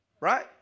Right